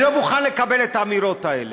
אני לא מוכן לקבל את האמירות האלה.